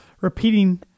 repeating